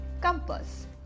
compass